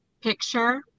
picture